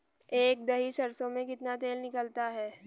एक दही सरसों में कितना तेल निकलता है?